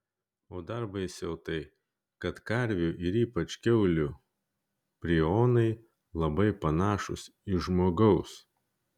o dar baisiau tai kad karvių ir ypač kiaulių prionai labai panašūs į žmogaus